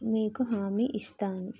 మీకు హామి ఇస్తాను